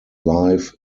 life